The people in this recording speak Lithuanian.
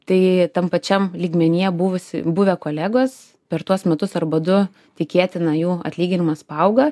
tai tam pačiam lygmenyje buvusi buvę kolegos per tuos metus arba du tikėtina jų atlyginimas paauga